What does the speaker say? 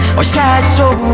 are sad so